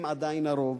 הם עדיין הרוב,